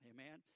Amen